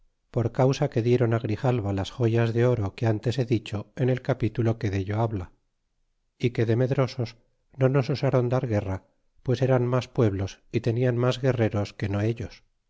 por causa que diéron á grijalva las joyas de oro que ntes he dicho en el capitulo que dello habla é que de medrosos no nos osron dar guerra pues eran mas pueblos y tenian mas guerreros que no ellos